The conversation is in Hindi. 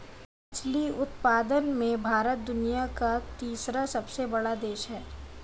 मछली उत्पादन में भारत दुनिया का तीसरा सबसे बड़ा देश है